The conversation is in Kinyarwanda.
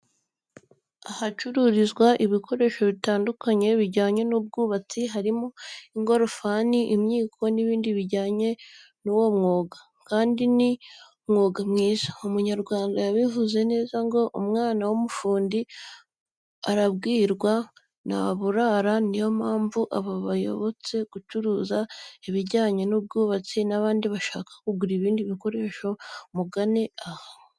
Ahacururizwa ibikoresho bitandukanya bijyanye n'ubwubatsi harimo ingorofani imyiko n'ibindi bijyanye n'uwo mwuga kandi ni umwuga mwiza. Umunyarwanda yabivuze neza ngo umwana w'umufundi arabwirwa ntaburara ni yo mpamvu aba bayobotse gucuruza ibijyanye n'ubwubatsi n'abandi bashaka kugura ibi bikoresho mugane aha.